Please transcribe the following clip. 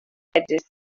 edges